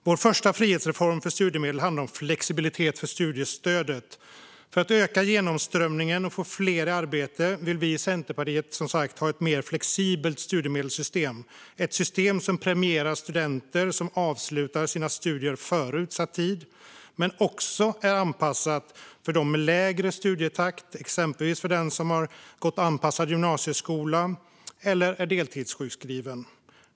Vår första frihetsreform för studiemedel handlar om flexibilitet för studiestödet. För att öka genomströmningen och få fler i arbete vill vi i Centerpartiet som sagt ha ett mer flexibelt studiemedelssystem, ett system som premierar studenter som avslutar sina studier före utsatt tid men också är anpassat för dem med lägre studietakt, exempelvis personer som har gått anpassad gymnasieskola eller är deltidssjukskrivna.